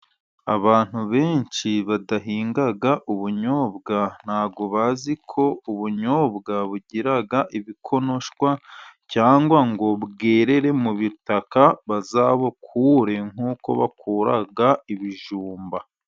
Abantu benshi badahinga ubunyobwa ntabwo baziko ubunyobwa bugira ibikonoshwa, cyangwa ngo bwerere mu butaka, bazabukure nk'uko bakura ibijumba.